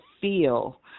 feel